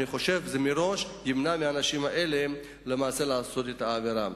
אני חושב שמראש זה ימנע מהאנשים האלה לעשות את העבירה.